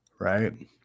right